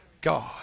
God